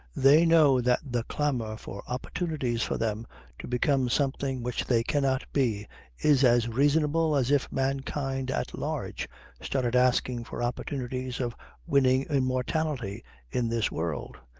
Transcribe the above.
they know that the clamour for opportunities for them to become something which they cannot be is as reasonable as if mankind at large started asking for opportunities of winning immortality in this world,